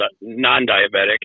non-diabetic